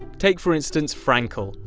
take for instance frankel,